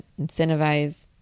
incentivize